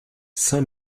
saint